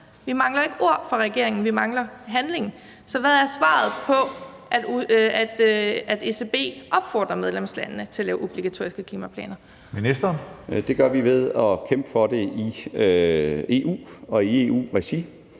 Vi mangler ikke ord fra regeringen; vi mangler handling. Så hvad er svaret på, at ECB opfordrer medlemslandene til at lave obligatoriske klimaplaner? Kl. 15:22 Tredje næstformand (Karsten Hønge):